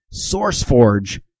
sourceforge